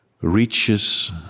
reaches